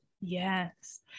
Yes